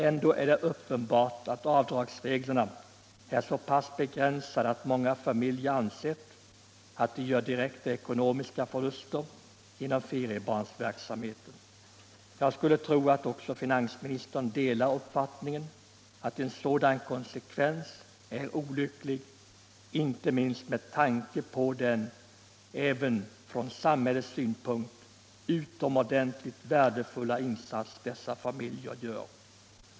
Ändå är det uppenbart att avdragsreglerna är så pass begränsade att många familjer ansett att de gör direkta ekonomiska förluster genom feriebarnsverksamheten. Jag skulle tro att också finansministern delar uppfattningen att en sådan konsekvens är olycklig, inte minst med tanke på den även från samhällets synpunkt utomordentligt värdefulla insats dessa familjer gör.